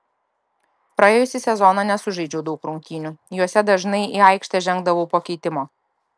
praėjusį sezoną nesužaidžiau daug rungtynių jose dažnai į aikštę žengdavau po keitimo